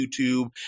YouTube